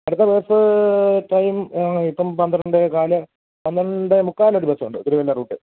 അടുത്ത bus time ഇപ്പം പന്ത്രണ്ട് കാല് പന്ത്രണ്ട് മുക്കാലൊരു ബസ്സുണ്ട് തിരുവല്ലാ റൂട്ട്